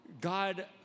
God